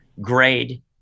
grade